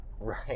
right